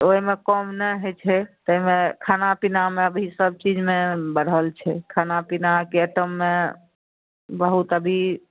ओहिमे कम नहि होइत छै तहिमे खाना पिनामे अभी सबचीजमे बढ़ल छै खाना पिनाके अइटममे बहुत अभी